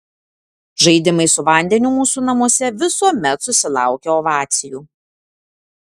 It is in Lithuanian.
žaidimai su vandeniu mūsų namuose visuomet susilaukia ovacijų